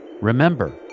Remember